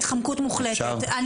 התחמקות מוחלטת.